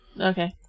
Okay